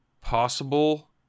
possible